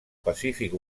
pacífic